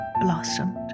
blossomed